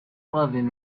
loving